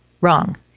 Wrong